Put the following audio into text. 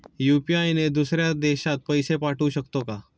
UPI ने दुसऱ्या देशात पैसे पाठवू शकतो का?